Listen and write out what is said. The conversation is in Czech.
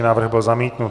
Návrh byl zamítnut.